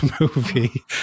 movie